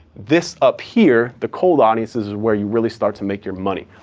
this up here, the cold audiences, is where you really start to make your money.